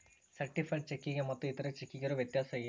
Certified ಚೆಕ್ಕಿಗೆ ಮತ್ತ್ ಇತರೆ ಚೆಕ್ಕಿಗಿರೊ ವ್ಯತ್ಯಸೇನು?